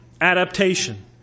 adaptation